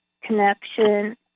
connection